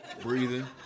Breathing